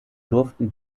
durften